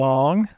Long